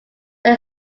that